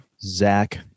Zach